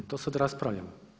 To sada raspravljamo.